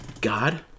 god